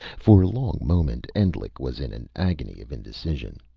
for a long moment, endlich was in an agony of indecision.